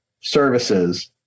services